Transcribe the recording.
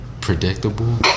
Predictable